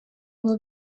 will